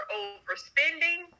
overspending